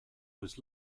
was